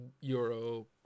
euro